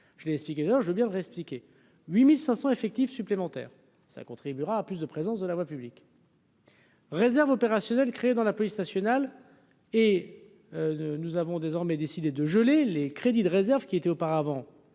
Je l'ai expliqué ailleurs je veux bien leur expliquer 8500 effectifs supplémentaires, cela contribuera à plus de présence de la voie publique. Réserve opérationnelle créés dans la police nationale et nous avons désormais décidé de geler les crédits de réserve qui était auparavant annulé